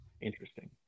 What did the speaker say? interesting